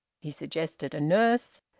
he suggested a nurse,